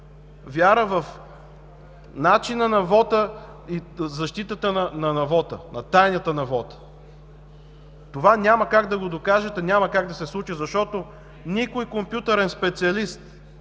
вяра в начина на вота и защитата на вота, на тайната на вота. Това няма как да го докажете, няма как да се случи, защото никой компютърен специалист